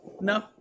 No